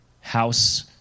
house